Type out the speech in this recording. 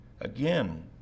Again